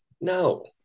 No